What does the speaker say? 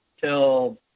till